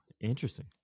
Interesting